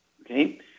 Okay